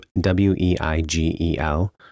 W-E-I-G-E-L